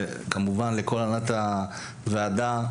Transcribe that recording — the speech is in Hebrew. וכמובן לכל הנהלת הוועדה.